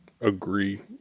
agree